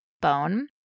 bone